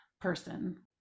person